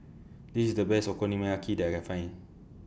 This IS The Best Okonomiyaki that I Can Find